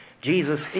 Jesus